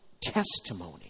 testimony